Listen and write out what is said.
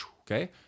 okay